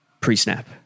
pre-snap